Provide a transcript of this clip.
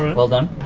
well done.